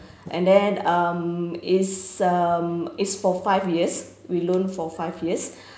and then um is um is for five years we loan for five years